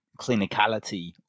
clinicality